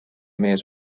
mees